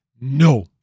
No